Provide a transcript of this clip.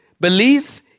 Belief